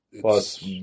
Plus